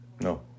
No